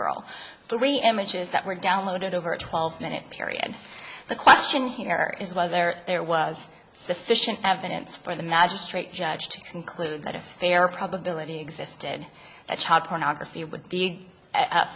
girl three images that were downloaded over a twelve minute period and the question here is whether there was sufficient evidence for the magistrate judge to conclude that a fair probability existed that child pornography would be